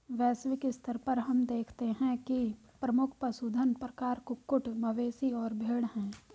वैश्विक स्तर पर हम देखते हैं कि प्रमुख पशुधन प्रकार कुक्कुट, मवेशी और भेड़ हैं